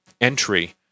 entry